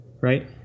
right